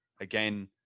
again